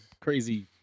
crazy